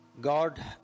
God